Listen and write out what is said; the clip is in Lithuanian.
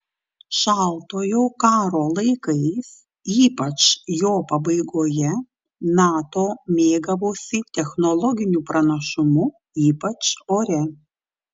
šaltojo karo laikais ypač jo pabaigoje nato mėgavosi technologiniu pranašumu ypač ore